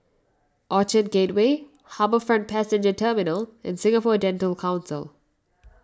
Orchard Gateway HarbourFront Passenger Terminal and Singapore Dental Council